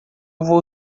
vou